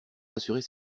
rassurer